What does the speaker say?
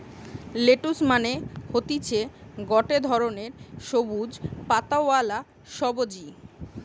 lettuce মানে হতিছে গটে ধরণের সবুজ পাতাওয়ালা সবজি